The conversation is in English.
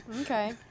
Okay